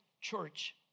Church